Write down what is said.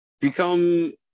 become